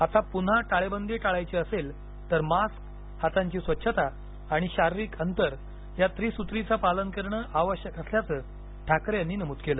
आता पुन्हा टाळेबंदी टाळायची असेल तर मास्क हातांची स्वच्छता आणि शारीरिक अंतर या त्रिसुत्रीचे पालन करण आवश्यक असल्याचं ठाकरे यांनी नमूद केलं